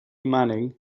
manning